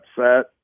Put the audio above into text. upset